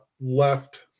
left